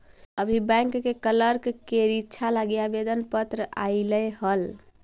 अभी बैंक के क्लर्क के रीक्षा लागी आवेदन पत्र आएलई हल